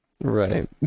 Right